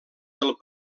del